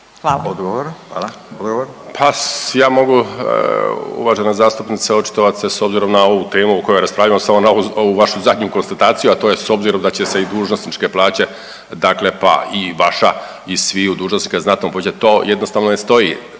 Juro** Pa ja mogu, uvažena zastupnice, očitovat se s obzirom na ovu temu o kojoj raspravljamo, samo na ovu vašu zadnju konstataciju, a to je s obzirom da će se i dužnosničke plaće dakle pa i vaša i sviju dužnosnika znatno povećati, to jednostavno ne stoji.